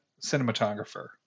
cinematographer